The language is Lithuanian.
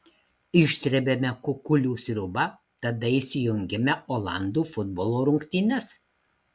išsrebiame kukulių sriubą tada įsijungiame olandų futbolo rungtynes